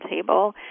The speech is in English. table